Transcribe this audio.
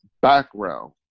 background